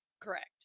Correct